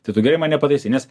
tai tu gerai mane pataisei nes